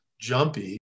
jumpy